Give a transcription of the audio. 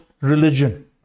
religion